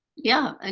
yeah. and